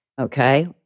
okay